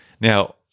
Now